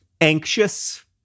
anxious